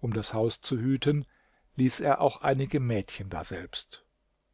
um das haus zu hüten ließ er auch einige mädchen daselbst